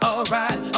Alright